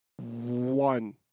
one